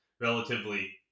relatively